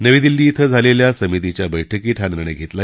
नवी दिल्ली इथं झालेल्या समितीच्या बैठकीत हा निर्णय घेतला